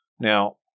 Now